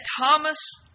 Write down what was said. Thomas